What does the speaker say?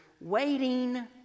waiting